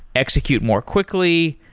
execute more quickly.